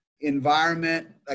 environment